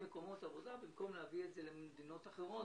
במקום להביא את זה למדינות אחרות,